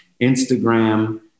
Instagram